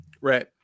Right